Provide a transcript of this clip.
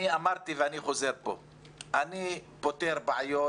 אמרתי ואני חוזר ואומר שאני פותר בעיות,